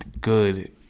good